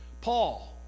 Paul